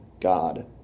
God